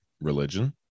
religion